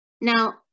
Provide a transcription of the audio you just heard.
Now